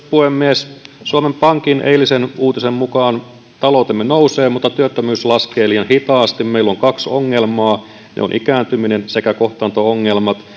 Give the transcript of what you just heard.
puhemies suomen pankin eilisen uutisen mukaan taloutemme nousee mutta työttömyys laskee liian hitaasti meillä on kaksi ongelmaa ne ovat ikääntyminen sekä kohtaanto ongelmat